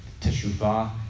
teshuvah